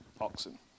oxen